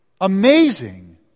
amazing